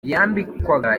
yambikwaga